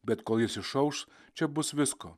bet kol jis išauš čia bus visko